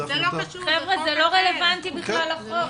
זו החלטה של --- חבר'ה זה לא רלוונטי בכלל לחוק.